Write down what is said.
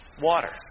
Water